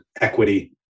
equity